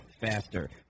faster